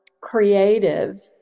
creative